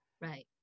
Right